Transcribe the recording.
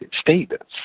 statements